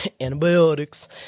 antibiotics